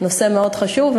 נושא מאוד חשוב,